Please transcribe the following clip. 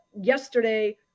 yesterday